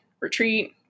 retreat